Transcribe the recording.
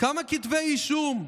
כמה כתבי אישום?